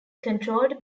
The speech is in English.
controlled